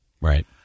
Right